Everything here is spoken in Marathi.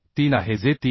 3 आहे जे 3